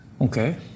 Okay